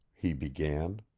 he began,